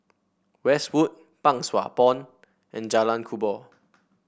Westwood Pang Sua Pond and Jalan Kubor